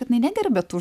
kad jinai negerbia tų